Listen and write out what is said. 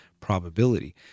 probability